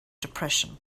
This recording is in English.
depression